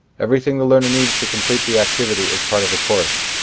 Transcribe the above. everything the learner needs to complete the activity is part of the course.